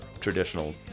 traditional